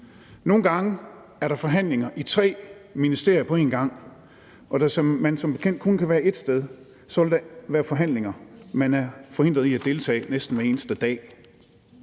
Nogle gange er der forhandlinger i tre ministerier på en gang, og da man som bekendt kun kan være et sted ad gangen, vil der være forhandlinger, man er forhindret i at deltage i, næsten hver eneste dag.